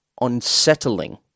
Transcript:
unsettling